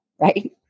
right